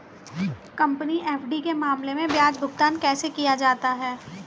Company FD के मामले में ब्याज भुगतान कैसे किया जाता है?